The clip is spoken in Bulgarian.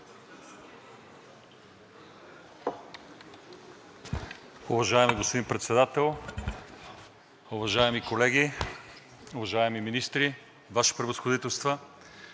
Уважаеми господин Председател, уважаеми колеги, уважаеми министри, Ваши Превъзходителства!